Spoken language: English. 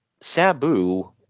Sabu